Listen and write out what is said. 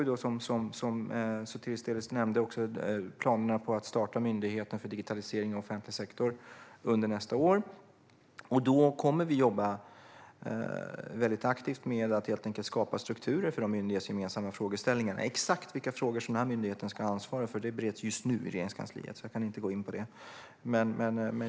Sedan har vi, som Sotiris Delis nämnde, planerna på att starta myndigheten för digitalisering i offentlig sektor nästa år. Då kommer vi att jobba väldigt aktivt med att skapa strukturer för de myndighetsgemensamma frågeställningarna. Exakt vilka frågor som denna myndighet ska ha ansvar för bereds just nu i Regeringskansliet, så jag kan inte gå in på det.